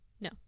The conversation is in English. no